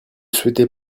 souhaitez